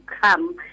come